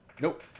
Nope